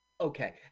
Okay